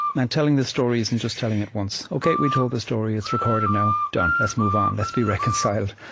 and and telling the story isn't just telling it once ok, we told the story it's recorded now. done. let's move on. let's be reconciled.